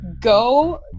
go